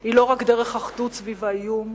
היא לא רק אחדות סביב האיום,